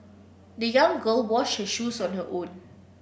the young girl washed her shoes on her own